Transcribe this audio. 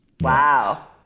Wow